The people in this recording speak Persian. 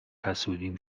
حسودیم